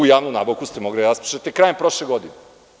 Tu javnu nabavku ste mogli da raspišete krajem prošle godine.